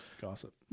Gossip